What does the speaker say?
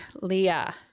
leah